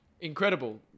incredible